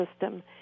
system